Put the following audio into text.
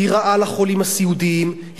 היא רעה לחולים הסיעודיים,